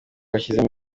bashyizemo